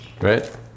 Right